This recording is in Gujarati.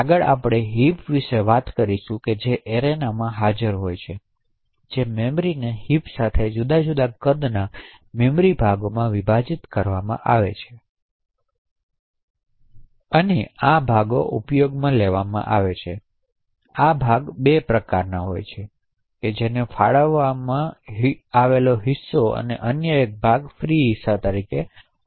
આગળ આપણે હિપ વિશે વાત કરીશું જે એરેનામાં હાજર હોય છે જે મેમરીને હિપ સાથે જુદા જુદા કદના મેમરી ભાગોમાં વિભાજીત કરવામાં આવે છે અને આ ભાગો ઉપયોગમાં લેવામાં આવે છે આ ભાગો 2 પ્રકારના હોય છે જેને ફાળવેલ હિસ્સા અને અન્ય એક ફ્રી હિસ્સા તરીકે ઓળખાય છે